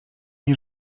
nie